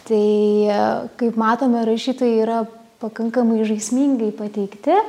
tai kaip matome rašytojai yra pakankamai žaismingai pateikti